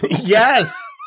Yes